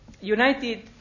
United